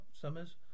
Summers